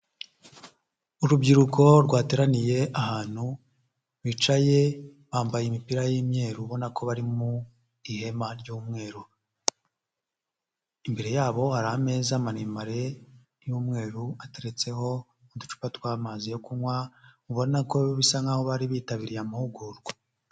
Urubyiruko rwateraniye ahantu bicaye bambaye imipira y'imyeru ubona ko bari mu ihema ry'umweru, imbere yabo hari ameza maremare y'umweru ateretse uducupa tw'amazi yo kunywa ubona ko bisa n'aho bari bitabiriye amahugurwa.